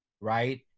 right